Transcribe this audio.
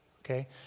Okay